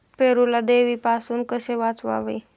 पेरूला देवीपासून कसे वाचवावे?